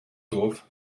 dorf